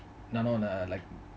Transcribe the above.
நானும் அதன்:naanum athan like